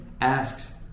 asks